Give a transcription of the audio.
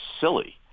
silly